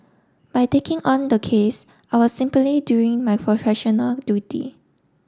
by taking on the case I was simply doing my professional duty